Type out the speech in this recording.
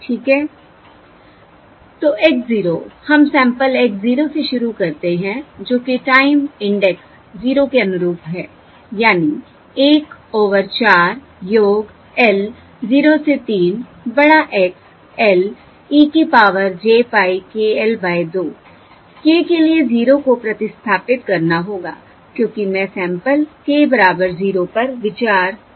तो x 0 हम sample x 0 से शुरू करते हैं जो कि टाइम इंडेक्स 0 के अनुरूप है यानी 1 ओवर 4 योग l 0 से 3 बड़ा X l e की power j pie k l by 2 k के लिए 0 को प्रतिस्थापित करना होगा क्योंकि मैं सैंपल k बराबर 0 पर विचार कर रही हूं